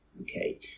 okay